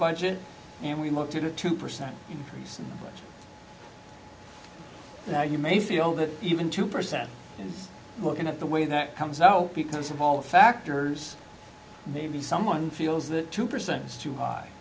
budget and we moved to a two percent increase and now you may feel that even two percent looking at the way that comes out because of all the factors maybe someone feels that two percent is too high